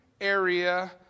area